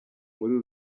muri